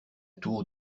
tour